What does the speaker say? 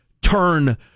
turn